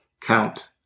count